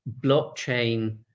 blockchain